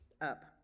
up